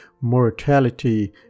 Mortality